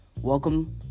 Welcome